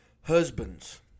Husbands